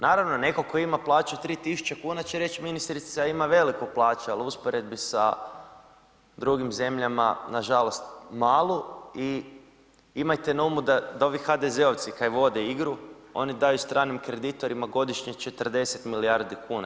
Naravno, netko tko ima plaću 3000 kuna će reći ministrica ima veliku plaću, ali u usporedbi sa drugim zemljama, nažalost malu i imajte na umu da ovi HDZ-ovci kaj vode igru, oni daju stranim kreditorima godišnje 40 milijardi kuna.